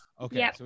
okay